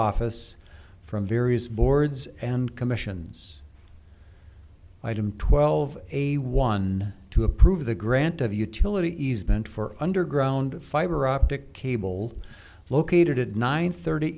office from various boards and commissions item twelve a one to approve the grant of utility easement for underground fiber optic cable located at nine thirty